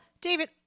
David